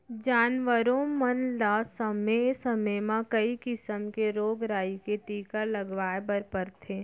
जानवरों मन ल समे समे म कई किसम के रोग राई के टीका लगवाए बर परथे